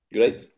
Great